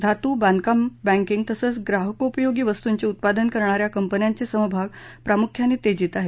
धातू बांधकाम बँकींग तसंच ग्राहकोपयोगी वस्तूंचं उत्पादन करणाऱ्या कंपन्यांचे समभाग प्रामुख्याने तेजीत आहेत